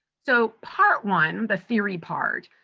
so, part one, the theory part,